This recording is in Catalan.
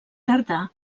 tardà